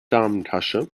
damentasche